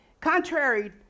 contrary